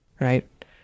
right